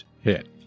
hit